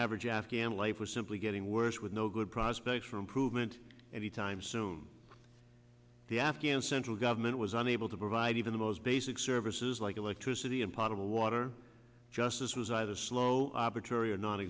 average afghan life was simply getting worse with no good prospects for improvement anytime soon the afghan central government was unable to provide even the most basic services like electricity and possible water justice was either slow laboratory or non